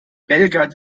belgrad